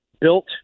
built